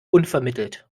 unvermittelt